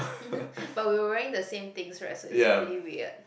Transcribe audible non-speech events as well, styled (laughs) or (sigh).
(laughs) but we were wearing the same things right so it's pretty weird